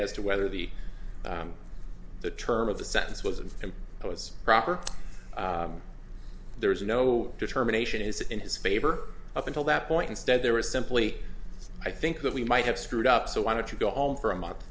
as to whether the the term of the sentence was and it was proper there is no determination is in his favor up until that point instead there was simply i think that we might have screwed up so why don't you go home for a month